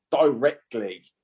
directly